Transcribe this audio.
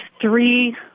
three